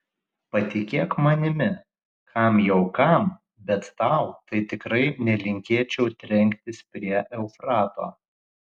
patikėk manimi kam jau kam bet tau tai tikrai nelinkėčiau trenktis prie eufrato